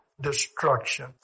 destruction